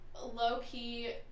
low-key